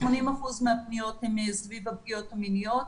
80% מהפניות הן סביב הפגיעות המיניות.